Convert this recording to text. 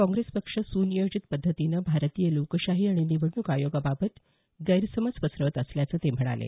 काँग्रेस पक्ष सुनियोजित पद्धतीनं भारतीय लोकशाही आणि निवडणूक आयोगाबाबत गैरसमज पसरवत असल्याचं ते म्हणाले